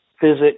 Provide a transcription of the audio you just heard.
physics